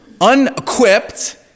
unequipped